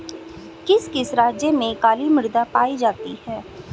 किस किस राज्य में काली मृदा पाई जाती है?